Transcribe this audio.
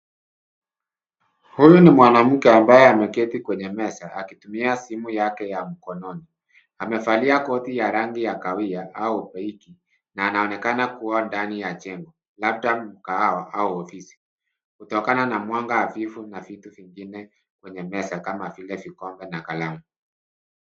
Huyu ni mwanamke ambaye ameketi kwenye meza akitumia simu yake ya mkononi. Amevalia koti ya rangi ya kawia au beige na anaonekana kuwa ndani ya jengo labda mkahawa au ofisi kutokana na mwanga hafifu na vitu vingine kwenye meza kama vile vikombe na kalamu.